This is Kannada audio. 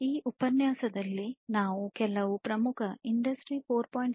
ಈ ಉಪನ್ಯಾಸದಲ್ಲಿ ನಾವು ಕೆಲವು ಪ್ರಮುಖ ಇಂಡಸ್ಟ್ರಿ 4